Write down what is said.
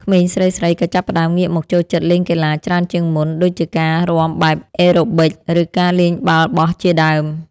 ក្មេងស្រីៗក៏ចាប់ផ្តើមងាកមកចូលចិត្តលេងកីឡាច្រើនជាងមុនដូចជាការរាំបែបអេរ៉ូប៊ិកឬការលេងបាល់បោះជាដើម។